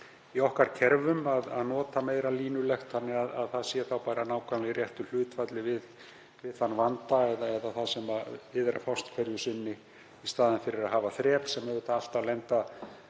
í okkar kerfum, að nota meira línulegt þannig að það sé þá bara nákvæmlega í réttu hlutfalli við þann vanda sem við er að fást hverju sinni í staðinn fyrir að hafa þrep sem alltaf endar